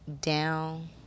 down